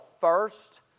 first